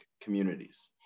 communities